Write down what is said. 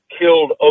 killed